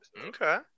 Okay